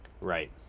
Right